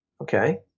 okay